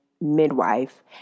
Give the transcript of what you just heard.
midwife